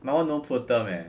my [one] no pro term eh